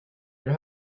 your